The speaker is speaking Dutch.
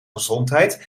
gezondheid